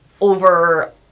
over-